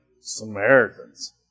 Samaritans